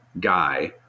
guy